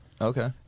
Okay